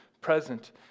present